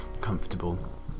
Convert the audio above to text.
comfortable